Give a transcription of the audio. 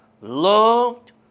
loved